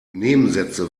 nebensätze